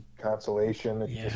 consolation